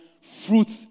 fruits